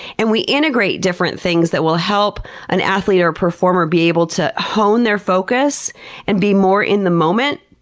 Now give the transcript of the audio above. and we integrate different things that will help an athlete or performer be able to hone their focus and be more in the moment.